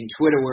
Twitter